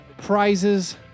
Prizes